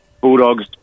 Bulldogs